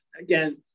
again